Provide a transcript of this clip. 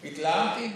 התלהמתי?